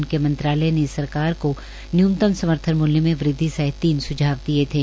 उनके मंत्रालय ने सरकार को न्यूनतम समर्थन मूल्य में वृद्वि सहित तीन स्झाव दिए थे